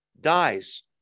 dies